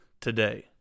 today